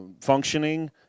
functioning